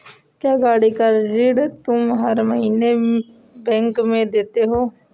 क्या, गाड़ी का ऋण तुम हर महीने बैंक में देते हो?